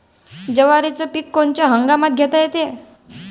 जवारीचं पीक कोनच्या हंगामात घेता येते?